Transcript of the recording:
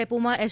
ડેપોમાં S